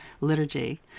liturgy